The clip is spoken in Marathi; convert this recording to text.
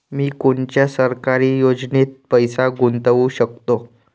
मी कोनच्या सरकारी योजनेत पैसा गुतवू शकतो?